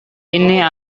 ini